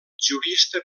jurista